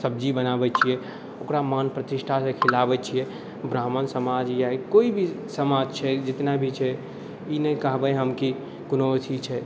सब्जी बनाबै छिए ओकरा मान प्रतिष्ठासँ खिलाबै छिए ब्राह्मण समाज या कोइ भी समाज छै जतना भी छै ई नहि कहबै हम कि कोनो अथी छै